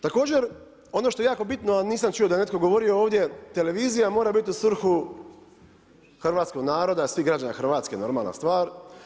Također ono što je jako bitno, nisam čuo da je netko govorio ovdje televizija mora biti u svrhu hrvatskog naroda, svih građana Hrvatske normalna stvar.